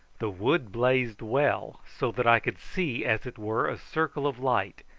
the wood blazed well, so that i could see, as it were, a circle of light,